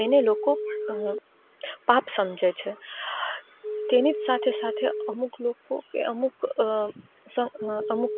એને લોકો પાપ સમજે છે તેની જ સાથે સાથે અમુક લોકો અમુક સ અમુક